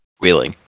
wheeling